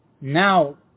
now